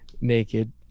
naked